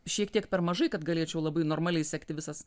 šiek tiek per mažai kad galėčiau labai normaliai sekti visas